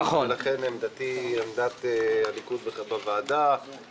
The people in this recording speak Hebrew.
לכן עמדת הליכוד היא שהחוק הזה הוא חוק